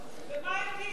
ומה עם הדיור הציבורי?